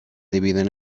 dividen